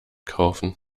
kaufen